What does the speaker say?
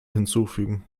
hinzufügen